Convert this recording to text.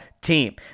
team